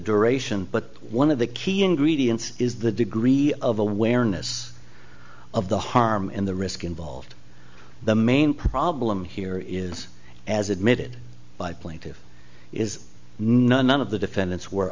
duration but one of the key ingredients is the degree of awareness of the harm in the risk involved the main problem here is as admitted by plaintiffs is none none of the defendants were